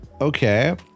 okay